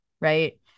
right